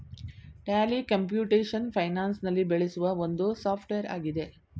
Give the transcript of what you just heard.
Tally computation finance ನಲ್ಲಿ ಬೆಳೆಸುವ ಒಂದು ಸಾಫ್ಟ್ವೇರ್ ಆಗಿದೆ